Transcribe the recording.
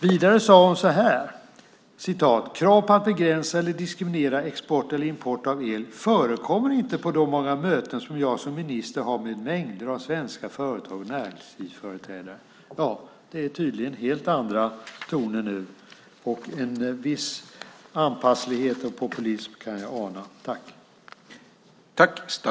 Vidare sade hon: Krav på att begränsa eller diskriminera export eller import av el förekommer inte på de många möten som jag som minister har med mängder av svenska företag och näringslivsföreträdare. Det är tydligen helt andra toner nu. En viss anpasslighet och populism kan jag ana.